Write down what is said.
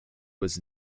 was